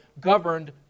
governed